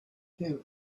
him